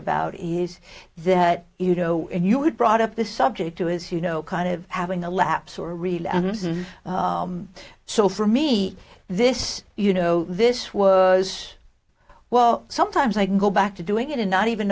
about is that you know when you had brought up this subject to his you know kind of having a lapse or really so for me this you know this was well sometimes i go back to doing it and not even